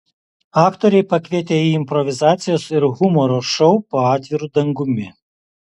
aktoriai pakvietė į improvizacijos ir humoro šou po atviru dangumi